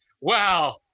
wow